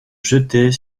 jeter